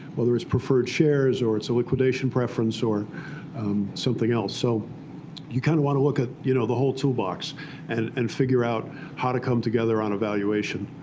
whether it's preferred shares, or it's a liquidation preference, or something else. so you kind of want to look at you know the whole toolbox and and figure out how to come together on a valuation.